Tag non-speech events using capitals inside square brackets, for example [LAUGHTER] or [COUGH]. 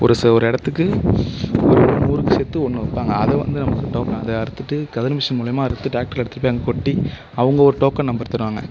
ஒரு ச ஒரு இடத்துக்கு [UNINTELLIGIBLE] ஊருக்கு சேர்த்து ஒன்று வைப்பாங்க அதை வந்து நம்ம [UNINTELLIGIBLE] அதை அறுத்துட்டு கதிர் மிஷின் மூலிமா அறுத்து டிராக்டரில் எடுத்துட்டு போய் அங்கே கொட்டி அவங்க ஒரு டோக்கன் நம்பர் தருவாங்க